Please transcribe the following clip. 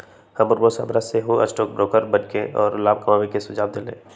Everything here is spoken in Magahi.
हमर दोस हमरा सेहो स्टॉक ब्रोकर बनेके आऽ लाभ कमाय के सुझाव देलइ